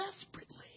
desperately